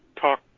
talk